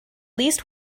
least